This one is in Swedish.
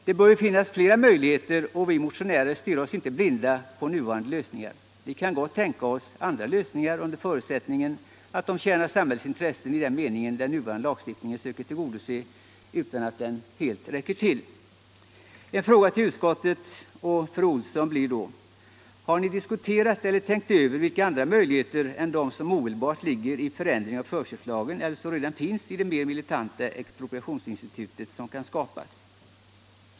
Det bör ju finnas flera möjligheter, och vi motionärer stirrar oss inte blinda på nuvarande lösningar. Vi kan gott tänka oss andra lösningar under förutsättning att de tjänar samhällets intressen i den mening den nuvarande lagstiftningen söker tillgodose utan att helt räcka till. En fråga till utskottet och fru Olsson i Hölö blir då: Har ni diskuterat eller tänkt över andra möjligheter än de som omedelbart ligger i för ändringen av förköpslagen eller som redan finns i det mer militanta expropriationsinstitut som kan skapas?